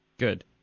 Good